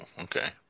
Okay